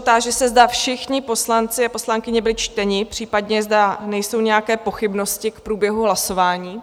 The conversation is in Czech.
Táži se, zda všichni poslanci a poslankyně byli čteni, případně zda nejsou nějaké pochybnosti k průběhu hlasování.